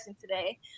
today